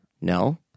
No